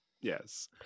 Yes